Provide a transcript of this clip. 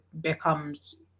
becomes